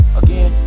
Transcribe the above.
again